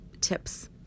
tips